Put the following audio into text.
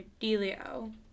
Delio